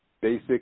basic